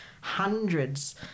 hundreds